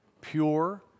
pure